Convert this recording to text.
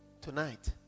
Tonight